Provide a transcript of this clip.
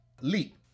Leap